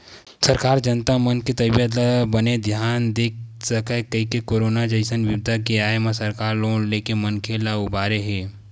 सरकार जनता मन के तबीयत ल बने धियान दे सकय कहिके करोनो जइसन बिपदा के आय म सरकार लोन लेके मनखे मन ल उबारे हे